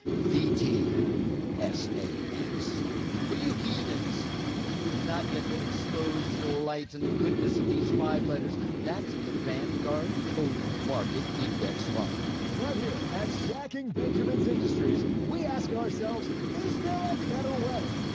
vt s a x for you heathens. when and you have not yet been exposed to the lights and the goodness of these five letters. that's the vanguard total market index fund blood. here at stacking benjamins industries, we ask ourselves, is there a better way?